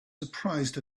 surprised